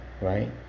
right